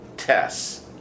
Tests